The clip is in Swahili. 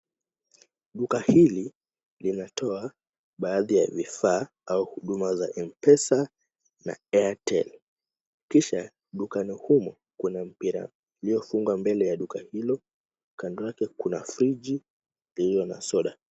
Duka hili linatoa baadhi ya vifaa au huduma za M-pesa na Airtel. Kisha dukani humu kuna mpira uliofungwa mbele ya duka hilo. Kando yake kuna friji iliyo na soda.